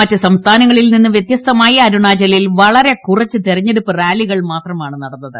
മറ്റ് സംസ്ഥാനങ്ങളിൽ നിന്ന് വൃത്യസ്തമായി അരുണാചലിൽ വളരെ കുറച്ച് തിരഞ്ഞടുപ്പ് റാലികൾ മാത്രമാണ് നടന്നത്